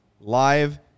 Live